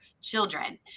children